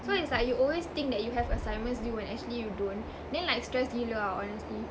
so it's like you always think that you have assignments due when actually you don't then like stress gila tahu honestly